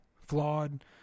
flawed